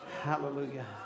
Hallelujah